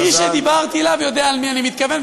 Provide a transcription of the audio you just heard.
מי שדיברתי עליו יודע למי אני מתכוון,